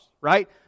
right